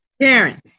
Karen